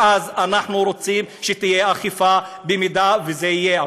ואז אנחנו רוצים שתהיה אכיפה, במידה שזה יהיה.